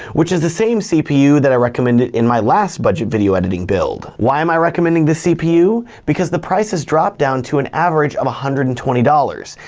which is the same cpu that i recommended in my last budget video editing build. why am i recommending this cpu? because the price has dropped down to an average of one hundred and twenty dollars.